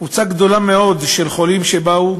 קבוצה גדולה מאוד של חולים באו,